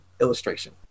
illustration